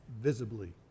visibly